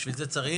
בשביל זה צריך